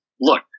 Look